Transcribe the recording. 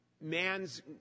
man's